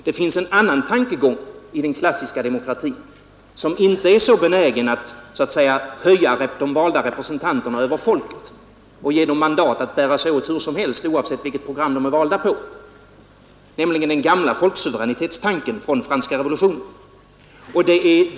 Det finns en annan tankegång i den klassiska demokratin, som inte är så benägen att så att säga höja de valda representanterna över folket och ge dem mandat att bära sig åt hur som helst oavsett vilket program de är valda på, nämligen den gamla folksuveränitetstanken från franska revolutionen.